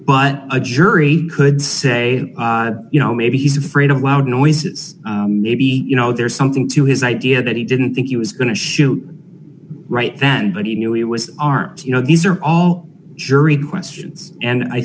but a jury could say you know maybe he's afraid of loud noises maybe you know there's something to his idea that he didn't think he was going to shoot right that but he knew he was armed you know these are all jury questions and i